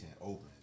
open